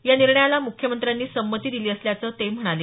या निर्णयाला मुख्यमंत्र्यांनी संमती दिली असल्याचं ते म्हणाले